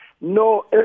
No